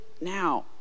now